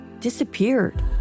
disappeared